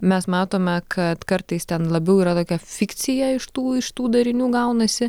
mes matome kad kartais ten labiau yra tokia fikcija iš tų iš tų darinių gaunasi